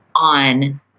On